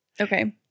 Okay